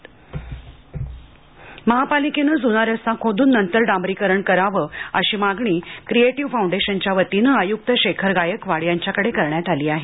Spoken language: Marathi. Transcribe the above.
क्रिएटिव फाउंडेशन महापालिकेनं ज्ना रस्ता खोदून नंतर डांबरीकरण करावं अशी मागणी क्रिएटिव फाउंडेशनच्या वतीनं आयुक्त शेखर गायकवाड यांच्याकडे करण्यात आली आहे